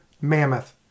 Mammoth